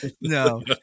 No